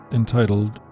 entitled